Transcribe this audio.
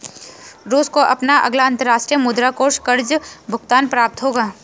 रूस को अपना अगला अंतर्राष्ट्रीय मुद्रा कोष कर्ज़ भुगतान प्राप्त होगा